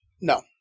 No